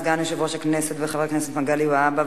סגן יושב-ראש הכנסת וחבר הכנסת מגלי והבה.